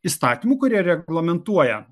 įstatymų kurie reglamentuoja